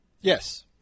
Yes